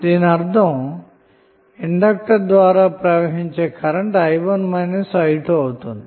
దీనర్ధం inductor ద్వారా ప్రవహించే current i1 minus i2 అవుతుంది